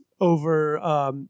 over